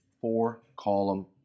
four-column